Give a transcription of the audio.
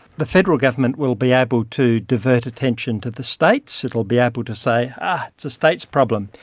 the federal government will be able to divert attention to the states, it will be able to say it's a states problem,